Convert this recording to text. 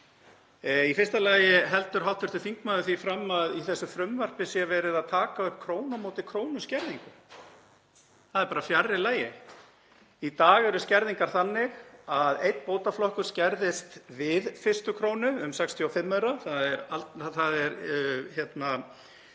Í fyrsta lagi heldur hv. þingmaður því fram að í þessu frumvarpi sé verið að taka upp krónu á móti krónu skerðingu. Það er bara fjarri lagi. Í dag eru skerðingar þannig að einn bótaflokkur skerðist við fyrstu krónu um 65